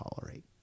tolerate